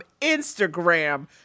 Instagram